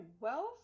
wealth